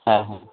হ্যাঁ হ্যাঁ